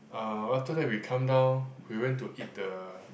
uh after that we come down we went to eat the